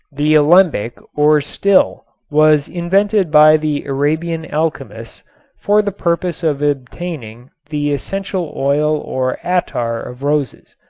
the alembic or still was invented by the arabian alchemists for the purpose of obtaining the essential oil or attar of roses.